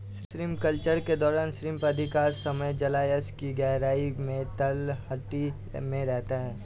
shrimp culture के दौरान shrimp अधिकांश समय जलायश की गहराई में तलहटी में रहता है